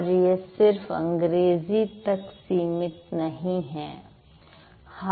और यह सिर्फ अंग्रेजी तक सीमित नहीं है